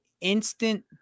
instant